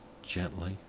gently,